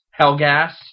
Hellgas